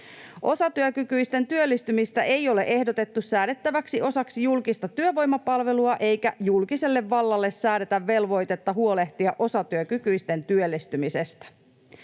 Osatyökykyisten työllistymistä ei ole ehdotettu säädettäväksi osaksi julkista työvoimapalvelua eikä julkiselle vallalle säädetä velvoitetta huolehtia osatyökykyisten työllistymisestä.